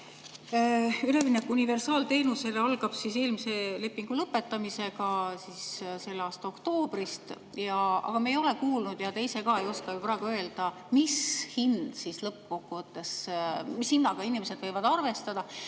Üleminek universaalteenusele algab siis eelmise lepingu lõpetamisega selle aasta oktoobrist, aga me ei ole kuulnud ja te ise ka ei oska praegu öelda, mis hinnaga lõppkokkuvõttes inimesed võivad arvestada.